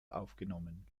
aufgenommen